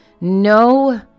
no